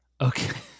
Okay